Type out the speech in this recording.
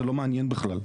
זה לא מעניין בכלל.